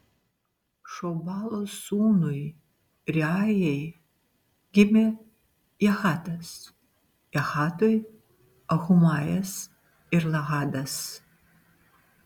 šobalo sūnui reajai gimė jahatas jahatui ahumajas ir lahadas